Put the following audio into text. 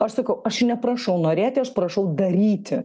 aš sakau aš neprašau norėti aš prašau daryti